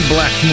Black